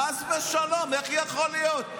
חס ושלום, איך יכול להיות?